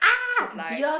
she's like